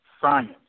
science